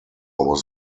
was